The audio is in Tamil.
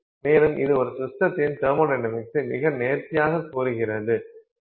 மேலும் இது ஒரு சிஸ்டத்தின் தெர்மொடைனமிக்ஸை மிக நேர்த்தியாகப் கூறுகிறது